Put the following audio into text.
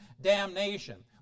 damnation